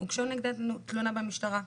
הוגשו נגדן תלונה במשטרה.